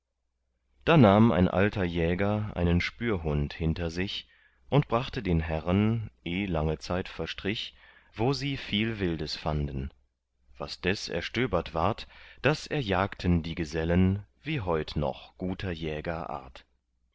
da nahm ein alter jäger einen spürhund hinter sich und brachte den herren eh lange zeit verstrich wo sie viel wildes fanden was des erstöbert ward das erjagten die gesellen wie heut noch guter jäger art